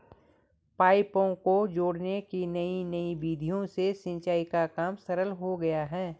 पाइपों को जोड़ने की नयी नयी विधियों से सिंचाई का काम सरल हो गया है